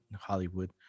Hollywood